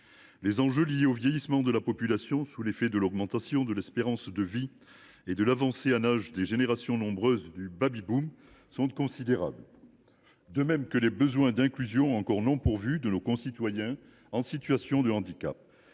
les enjeux liés au vieillissement de la population sous l’effet de l’augmentation de l’espérance de vie et de l’avancée en âge des générations nombreuses du baby boom sont considérables, de même que les besoins d’inclusion encore non pourvus de nos concitoyens en situation de handicap.